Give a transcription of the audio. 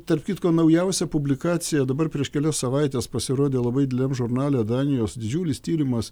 tarp kitko naujausia publikacija dabar prieš kelias savaites pasirodė labai dideliam žurnale danijos didžiulis tyrimas